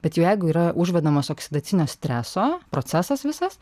bet jau jeigu yra užvedamas oksidacinio streso procesas visas